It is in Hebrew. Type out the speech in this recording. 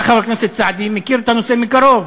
אתה, חבר הכנסת סעדי, מכיר את הנושא מקרוב.